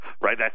right